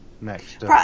next